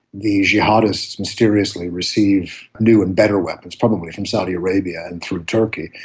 the jihadists mysteriously receive new and better weapons, probably from saudi arabia and through turkey,